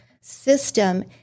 system